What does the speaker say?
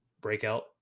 breakout